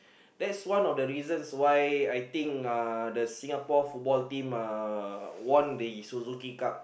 that's one of the reasons why I think uh the Singapore football team uh won the Suzuki-Cup